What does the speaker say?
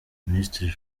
minisitiri